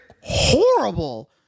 horrible